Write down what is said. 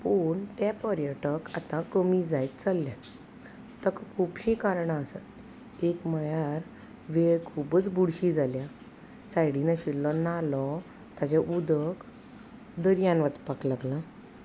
पूण तें पर्यटक आतां कमी जायत चलल्यात ताका खुबशीं कारणां आसात एक म्हळ्यार वेळ खुबूच बुरशी जाल्या सायडीन आशिल्लो नालो ताचें उदक दर्यान वचपाक लागलां